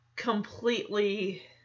completely